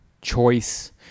choice